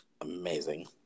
amazing